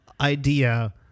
idea